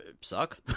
suck